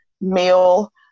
meal